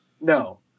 No